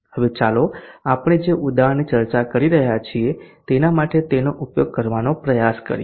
હવે ચાલો આપણે જે ઉદાહરણની ચર્ચા કરી રહ્યા છીએ તેના માટે તેનો ઉપયોગ કરવાનો પ્રયાસ કરીએ